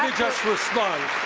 just respond.